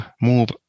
move